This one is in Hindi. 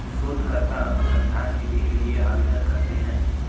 शोधकर्ता अनुसंधान निधि के लिए आवेदन करते हैं